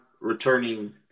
returning